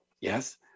yes